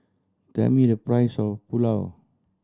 tell me the price of Pulao